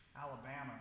Alabama